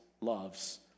loves